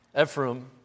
Ephraim